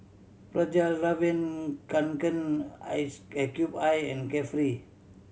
Fjallraven Kanken Ice Cube I and Carefree